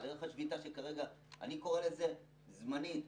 דרך השביתה שכרגע לדעתי היא זמנית.